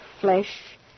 flesh